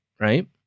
right